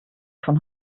von